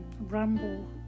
ramble